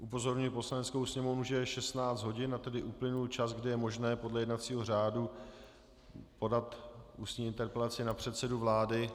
Upozorňuji Poslaneckou sněmovnu, že je 16 hodin, a tedy uplynul čas, kdy je možné podle jednacího řádu podat ústní interpelaci na předsedu vlády.